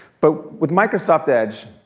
but with microsoft edge,